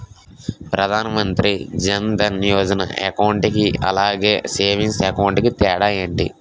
Pradhan Mantri Jan Dhan Yojana account కి అలాగే savings account కి తేడా ఏంటి?